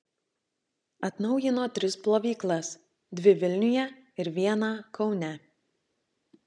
atnaujino tris plovyklas dvi vilniuje ir vieną kaune